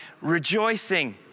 rejoicing